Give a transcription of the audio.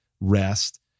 rest